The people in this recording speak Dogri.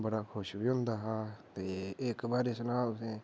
बड़ा खुश बी होंदा हा ते इक बारी सुनां तुसें गी